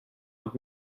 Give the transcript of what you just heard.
und